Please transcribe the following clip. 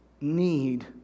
need